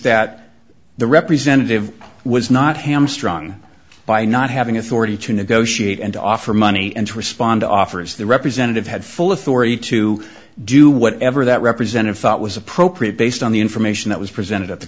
that the representative was not hamstrung by not having authority to negotiate and offer money and to respond offers the representative had full authority to do whatever that represented thought was appropriate based on the information that was presented at the